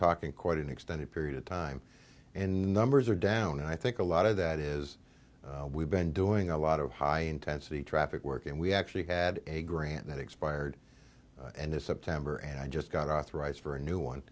talking quite an extended period of time in the numbers are down and i think a lot of that is we've been doing a lot of high intensity traffic work and we actually had a grant that expired and this september and i just got authorized for a new one